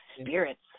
spirits